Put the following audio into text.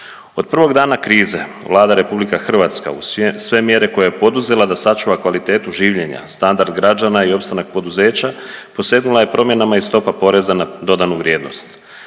Od prvog dana krize Vlada RH uz sve mjere koje je poduzela da sačuva kvalitetu življenja, standard građana i opstanak poduzeća, posegnula je promjenama i stopa PDV-a. Smanjenje